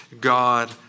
God